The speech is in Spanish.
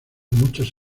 muchos